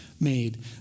made